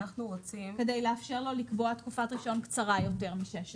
כדי לאפשר לו לקבוע תקופת רישיון קצרה יותר משש שנים.